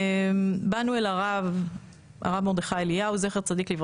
באנו אל הרב מרדכי אליהו זצ"ל,